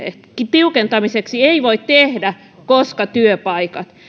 tiukentamiseksi ei voi tehdä koska työpaikat